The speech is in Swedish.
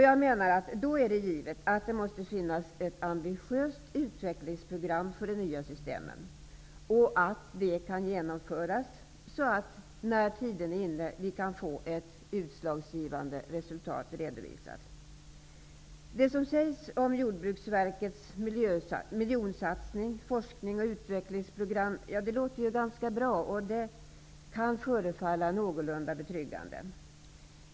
Jag menar då att det är givet att det måste finnas ett ambitiöst utvecklingsprogram för de nya systemen och att det kan genomföras, så att vi, när tiden är inne kan få ett utslagsgivande resultat redovisat. Det som sägs om Jordbruksverkets miljonsatsning, forsknings och utvecklingsprogram låter ganska bra och kan förefalla någorlunda betryggande.